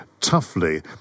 ...toughly